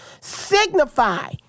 signify